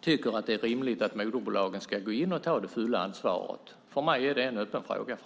tycker att det är rimligt att moderbolagen ska gå in och ta det fulla ansvaret är en öppen fråga.